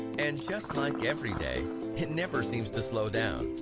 and just like everyday it never seems to slow down.